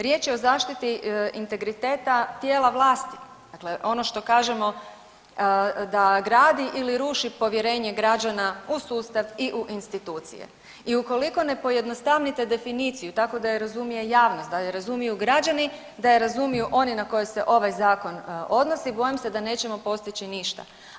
Riječ je o zaštiti integriteta tijela vlasti, dakle ono što kažemo da gradi ili ruši povjerenje građana u sustav i u institucije i, ukoliko ne pojednostavnite definiciju tako da je razumije javnost, da je razumiju građani, da je razumiju oni na koje se ovaj Zakon odnosi, bojim se da nećemo postići ništa.